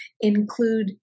include